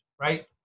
Right